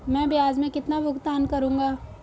मैं ब्याज में कितना भुगतान करूंगा?